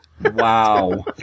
Wow